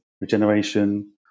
regeneration